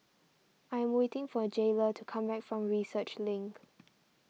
I am waiting for Jaylah to come back from Research Link